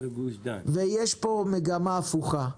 אבל הנה יש פה מגמה הפוכה.